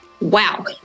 Wow